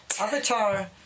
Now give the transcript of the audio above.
Avatar